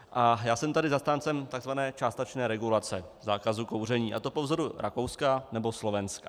A já jsem tady zastáncem tzv. částečné regulace zákazu kouření, a to po vzoru Rakouska nebo Slovenska.